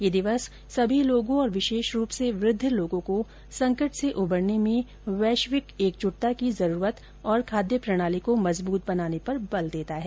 यह दिवस सभी लोगों और विशेष रूप से वृद्ध लोगों को संकट से उबरने में वैश्विक एकजुटता की जरूरत और खाद्य प्रणाली को मजबूत बनाने पर बल देता है